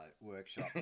workshop